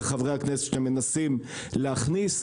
וחברי הכנסת שמנסים להכניס,